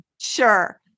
sure